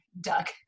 Duck